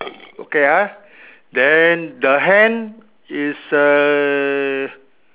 okay ah then the hand is err